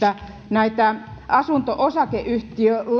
että nämä asunto osakeyhtiölainat